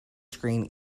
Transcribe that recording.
screen